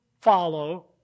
follow